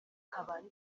kabari